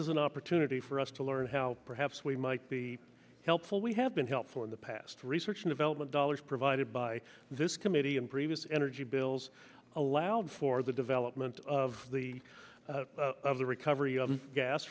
is an opportunity for us to learn how perhaps we might be helpful we have been helpful in the past research and development dollars provided by this committee and previous energy bills allowed for the development of the of the recovery of gas